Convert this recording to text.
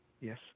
Yes